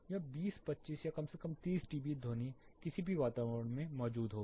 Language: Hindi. यह 20 25 या कम से कम 30 डीबी ध्वनि किसी भी वातावरण में मौजूद होगी